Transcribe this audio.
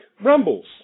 rumbles